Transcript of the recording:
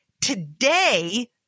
Today